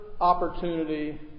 opportunity